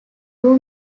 two